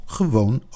gewoon